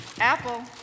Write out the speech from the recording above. Apple